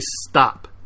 stop